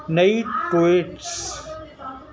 نئی ٹویٹس